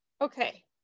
Okay